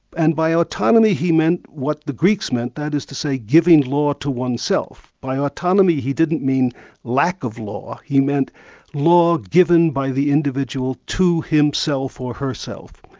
and by autonomy he meant what the greeks meant, that is to say giving law to oneself. by ah autonomy, he didn't mean lack of law, he meant law given by the individual to himself or herself,